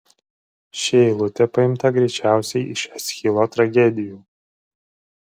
ši eilutė paimta greičiausiai iš eschilo tragedijų